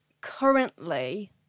currently